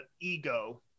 ego